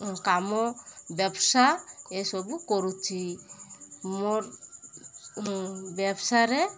କାମ ବ୍ୟବସାୟ ଏସବୁ କରୁଛି ମୋର ବ୍ୟବସାୟରେ